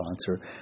sponsor